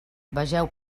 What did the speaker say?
vegeu